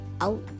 out